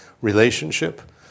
relationship